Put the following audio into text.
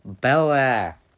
Belair